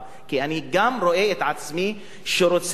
כי אני גם רואה את עצמי כמי שרוצה כמטרה